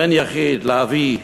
בן יחיד לאבי,